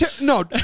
no